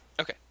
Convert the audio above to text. Okay